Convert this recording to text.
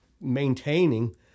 maintaining